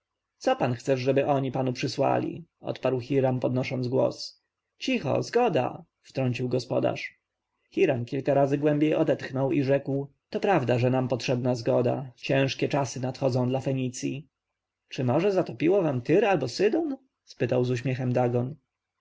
co pan chcesz żeby oni panu przysłali odparł hiram podnosząc głos cicho zgoda wtrącił gospodarz hiram kilka razy głębiej odetchnął i rzekł to prawda że nam potrzebna zgoda ciężkie czasy nadchodzą dla fenicji czy morze zatopiło wam tyr albo sydon spytał z uśmiechem